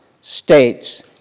states